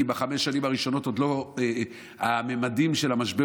כי בחמש שנים הראשונות הממדים של המשבר